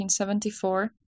1974